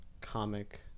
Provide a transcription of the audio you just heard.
comic